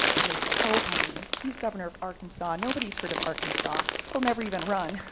and they said, oh, honey, he's governor of arkansas. nobody's heard of arkansas. he'll never even run.